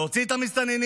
להוציא את המסתננים,